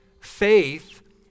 faith